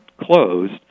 closed